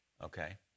Okay